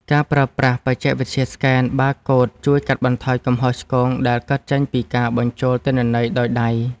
ការប្រើប្រាស់បច្ចេកវិទ្យាស្កេនបាកូដជួយកាត់បន្ថយកំហុសឆ្គងដែលកើតចេញពីការបញ្ចូលទិន្នន័យដោយដៃ។